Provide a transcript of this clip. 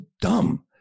dumb